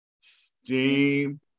steam